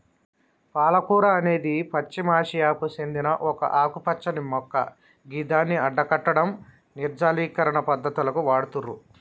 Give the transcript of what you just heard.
పాలకూర అనేది పశ్చిమ ఆసియాకు సేందిన ఒక ఆకుపచ్చని మొక్క గిదాన్ని గడ్డకట్టడం, నిర్జలీకరణ పద్ధతులకు వాడుతుర్రు